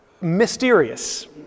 mysterious